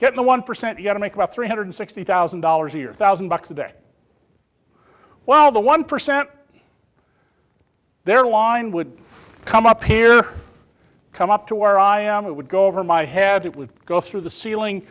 get the one percent you have to make about three hundred sixty thousand dollars a year thousand bucks a day while the one percent their line would come up here come up to where i am it would go over my head it would go through the ceiling